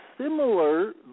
Similar